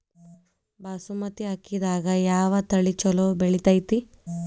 ಬಾಸುಮತಿ ಅಕ್ಕಿದಾಗ ಯಾವ ತಳಿ ಛಲೋ ಬೆಳಿತೈತಿ?